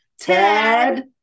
Ted